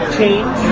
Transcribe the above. change